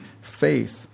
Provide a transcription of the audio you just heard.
faith